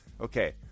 okay